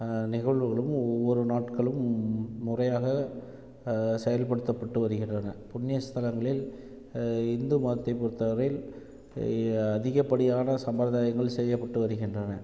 நிகழ்வுகளும் ஒவ்வொரு நாட்களும் முறையாக செயல்படுத்தப்பட்டு வருகின்றன புண்ணிய ஸ்தலங்களில் இந்து மதத்தை பொறுத்தவரையில் அதிகப்படியான சம்பிர்தாயங்கள் செய்யப்பட்டு வருகின்றன